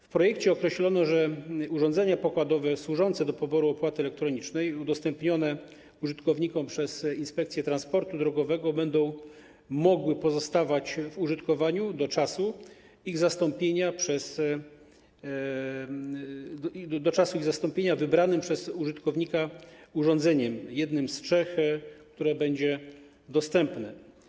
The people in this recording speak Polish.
W projekcie określono, że urządzenia pokładowe służące do poboru opłaty elektronicznej, udostępnione użytkownikom przez Inspekcję Transportu Drogowego, będą mogły pozostawać w użytkowaniu do czasu ich zastąpienia wybranym przez użytkownika urządzeniem, jednym z trzech, które będzie dostępne.